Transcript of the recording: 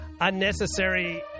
unnecessary